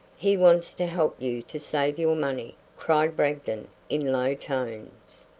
he wants to help you to save your money, cried bragdon in low tones.